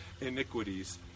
iniquities